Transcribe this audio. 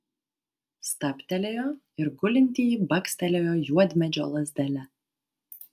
stabtelėjo ir gulintįjį bakstelėjo juodmedžio lazdele